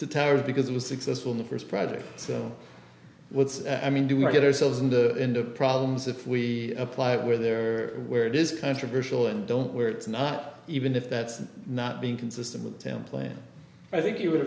that to tears because it was successful in the first project so what's and i mean do we get ourselves in the end of problems if we apply where there where it is controversial and don't where it's not even if that's not being consistent with the template i think you would